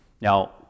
Now